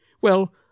Well